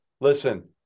Listen